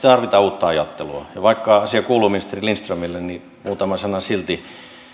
tarvitaan uutta ajattelua ja vaikka asia kuuluu ministeri lindströmille niin muutama sana silti